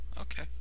Okay